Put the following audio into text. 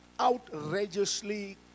Outrageously